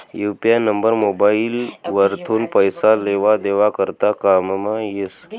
UPI number mobile वरथून पैसा लेवा देवा करता कामंमा येस